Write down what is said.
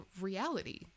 reality